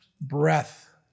breath